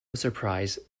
surprise